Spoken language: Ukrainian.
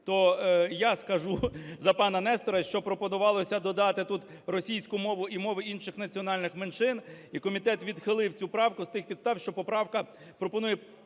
То я скажу за пана Нестора, що пропонувалося додати тут російську мову і мову інших національних меншин. І комітет відхилив цю правку з тих підстав, що поправка пропонує